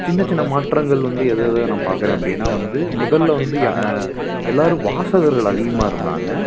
சின்ன சின்ன மாற்றங்கள் வந்து எதை எதை நான் பார்க்குறேன் அப்படினா வந்து முதலில் வந்து எல்லோரும் வாசகர்கள் அதிகமாக இருந்தாங்க